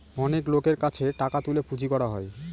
অনেক লোকের কাছে টাকা তুলে পুঁজি করা হয়